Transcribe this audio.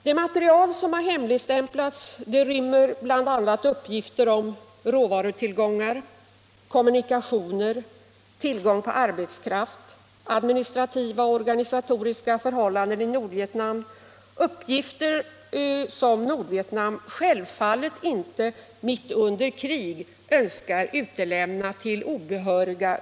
Det material som har hemligstämplats rymmer bl.a. uppgifter om råvarutillgångar, kommunikationer, tillgång på arbetskraft, administrativa och organisatoriska förhållanden i Nordvietnam — uppgifter som Nordvietnam av ren självbevarelsedrift självfallet inte mitt under krig önskar utlämna till obehöriga.